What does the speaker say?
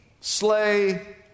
slay